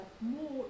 more